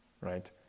right